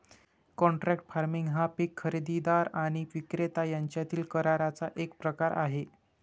contract farming हा पीक खरेदीदार आणि विक्रेता यांच्यातील कराराचा एक प्रकार आहे